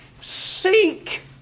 Seek